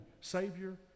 Savior